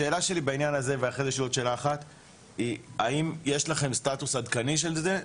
השאלה שלי בעניין הזה היא האם יש לכם סטטוס עדכני של זה,